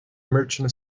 merchant